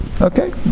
okay